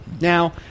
Now